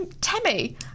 Tammy